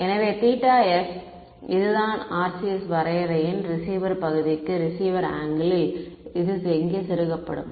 எனவே s இது தான் நான் RCS வரையறையின் ரிசீவர் பகுதிக்கு ரிசீவர் ஆங்கிளில் இங்கே செருகப்படும்